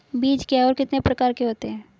बीज क्या है और कितने प्रकार के होते हैं?